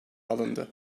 alındı